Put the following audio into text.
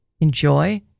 Enjoy